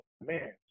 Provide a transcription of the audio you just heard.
man